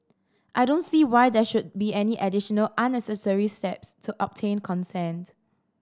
I don't see why there should be any additional unnecessary steps to obtain consent